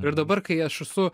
ir dabar kai aš esu